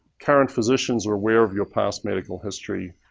current physicians are aware of your past medical history